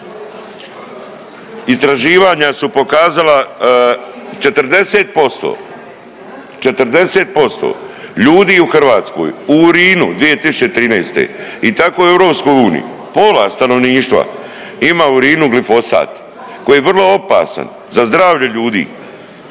Istraživanja su pokazala 40%, 40% ljudi u Hrvatskoj u urinu 2013. i tako u EU, pola stanovništva ima u urinu glifosat koji je vrlo opasan za zdravlje ljudi